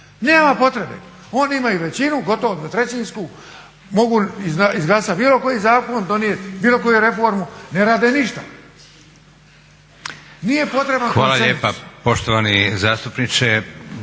Nema potrebe. Oni imaju većinu gotovo 2/3-sku, mogu izglasat bilo koji zakon, donijet bilo koju reformu, ne rade ništa. Nije potreban konsenzus.